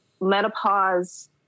menopause